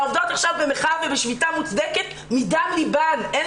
העובדות עכשיו במחאה ובשביתה מוצדקת מדם ליבן אין